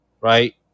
right